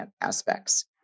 aspects